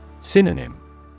Synonym